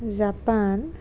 Japan